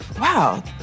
wow